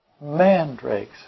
Mandrakes